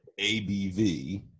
ABV